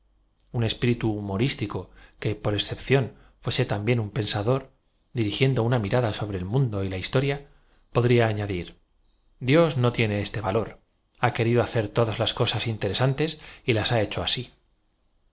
un espíritu humorístico que por excepción fuese también un pensador dirigiendo una mirada sobre el mundo y la historia podría aña dir d ios no tiene este valor ha querido hacer todas las cosas interesantes y las ha hecho asi